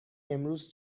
امروز